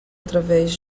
através